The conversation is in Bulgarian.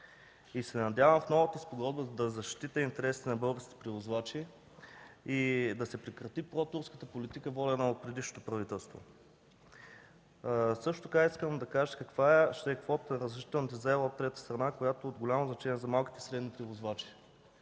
и се надявах в новата спогодба да защитите интересите на българските превозвачи и да се прекрати протурската политика, водена от предишното правителство. Също така искам да кажа каква ще е квотата за разрешителни от трета страна, която е от голямо значение за малките и средни превозвачи.